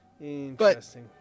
Interesting